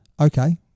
Okay